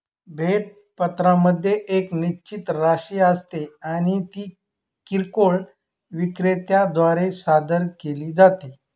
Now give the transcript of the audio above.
भेट पत्रामध्ये एक निश्चित राशी असते आणि ती किरकोळ विक्रेत्या द्वारे सादर केली जाते